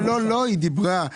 לא קיבלנו שום תשובה.